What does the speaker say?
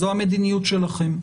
זו המדיניות שלכם.